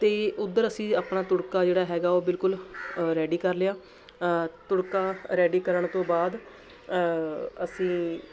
ਅਤੇ ਉੱਧਰ ਅਸੀਂ ਆਪਣਾ ਤੜਕਾ ਜਿਹੜਾ ਹੈਗਾ ਉਹ ਬਿਲਕੁਲ ਰੈਡੀ ਕਰ ਲਿਆ ਤੜਕਾ ਰੈਡੀ ਕਰਨ ਤੋਂ ਬਾਅਦ ਅਸੀਂ